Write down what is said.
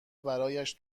برایش